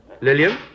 Lillian